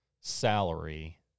salary